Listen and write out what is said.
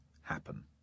happen